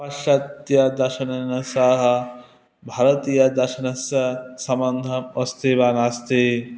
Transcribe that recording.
पाश्चत्यदर्शनेन सह भारतीयदर्शनस्य सम्बन्धम् अस्ति वा नास्ति